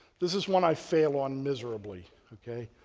this is one i fail on miserably, ok?